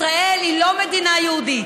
ישראל היא לא מדינה יהודית,